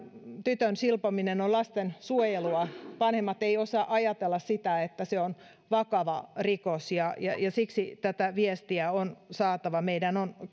tytön silpominen on lasten suojelua vanhemmat eivät osaa ajatella sitä että se on vakava rikos ja ja siksi tätä viestiä on saatava esille meidän on